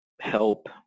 help